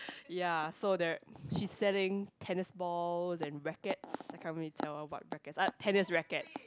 ya so there she's selling tennis ball and rackets I can't really tell what rackets !ah! tennis rackets